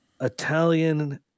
Italian